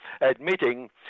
admitting